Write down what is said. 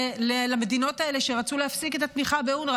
למדינות האלה שרצו להפסיק את התמיכה באונר"א.